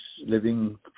living